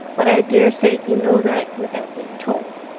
but i dare say you know that without being told.